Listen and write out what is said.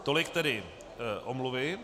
Tolik tedy omluvy.